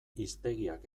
hiztegiak